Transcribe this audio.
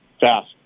fast